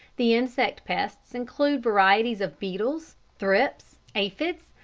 the insect pests include varieties of beetles, thrips, aphides,